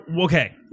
Okay